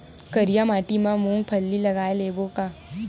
करिया माटी मा मूंग फल्ली लगय लेबों का?